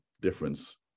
difference